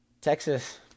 Texas